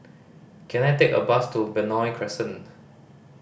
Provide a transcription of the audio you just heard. can I take a bus to Benoi Crescent